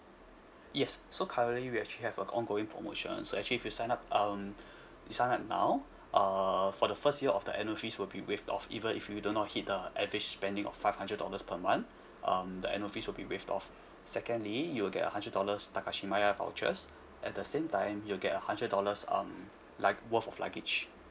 yes so currently we actually have a ongoing promotion so actually if you sign up um you sign up now uh for the first year of the annual fees will be waived off even if you do not hit the average spending of five hundred dollars per month um the annual fees will be waived off secondly you will get a hundred dollars takashimaya vouchers at the same time you'll get a hundred dollars um lug~ worth of luggage